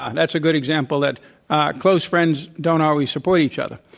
ah and that's a good example that close friends don't always support each other.